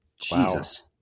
Jesus